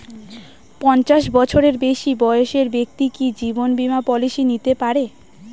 পঞ্চাশ বছরের বেশি বয়সের ব্যক্তি কি জীবন বীমা পলিসি নিতে পারে?